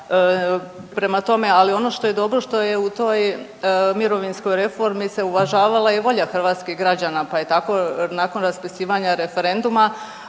ali ono što je dobro što je u toj mirovinskoj reformi se uvažavala i volja hrvatskih građana pa je tako nakon raspisivanja referendum